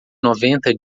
noventa